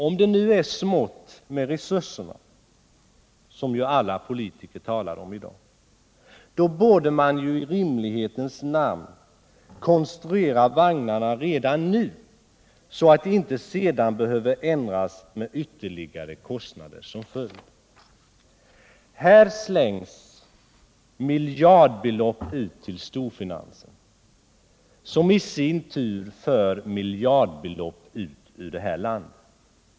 Om det nu är smått om resurser, vilket ju alla politiker talar om i dag, borde ju i rimlighetens namn vagnarna redan nu konstrueras så att de inte längre fram behöver ändras med ytterligare kostnader som följd. Här slängs miljardbelopp ut till storfinansen, som i sin tur för miljardbelopp ut ur landet.